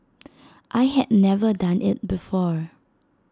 I had never done IT before